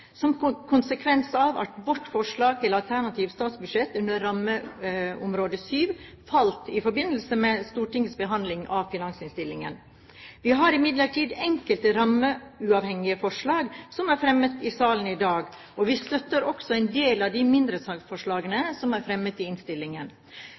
budsjettvedtak, som konsekvens av at vårt forslag til alternativt statsbudsjett under rammeområde 7 falt i forbindelse med Stortingets behandling av finansinnstillingen. Vi har imidlertid enkelte rammeuavhengige forslag som er fremmet i salen i dag, og vi støtter også en del av de mindretallsforslagene